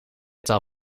taal